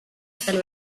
fell